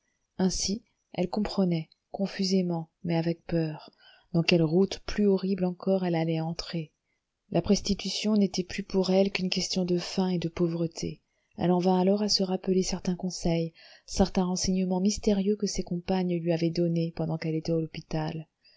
ainsi elle comprenait confusément mais avec peur dans quelle route plus horrible encore elle allait entrer la prostitution n'était plus pour elle qu'une question de faim et de pauvreté elle en vint alors à se rappeler certains conseils certains renseignements mystérieux que ses compagnes lui avaient donnés pendant qu'elle était à l'hôpital